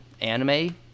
anime